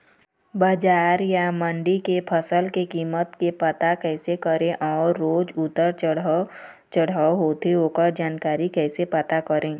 बजार या मंडी के फसल के कीमत के पता कैसे करें अऊ रोज उतर चढ़व चढ़व होथे ओकर जानकारी कैसे पता करें?